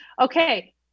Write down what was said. Okay